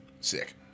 Sick